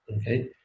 okay